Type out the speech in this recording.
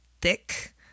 thick